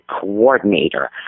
coordinator